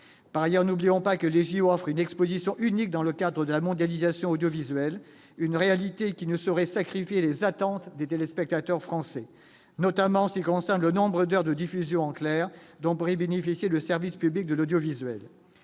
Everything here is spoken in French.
par ailleurs n'oublions pas que les JO, offre une Exposition unique dans le cadre de la mondialisation, une réalité qui ne serait sacrifié les attentes des téléspectateurs français notamment ses concerts, le nombre d'heures de diffusion en clair d'Ombrie bénéficier le service public de l'audiovisuel